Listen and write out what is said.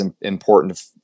important